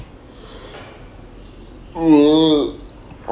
ugh